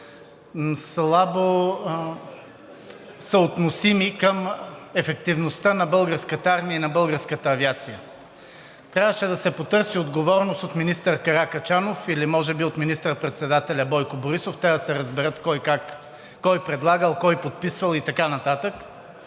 слабосъотносими към ефективността на Българската армия и на българската авиация. Трябваше да се потърси отговорност от министър Каракачанов или може би от министър-председателя Бойко Борисов, трябва да се разбере кой е предлагал и кой е подписвал и така нататък.